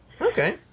Okay